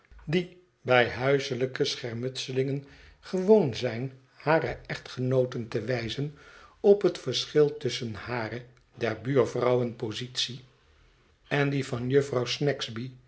die bij huiselijke schermutselingen gewoon zijn hare echtgenooten te wijzen op het verschil tusschen hare der buurvrouwen positie en die van jufvrouw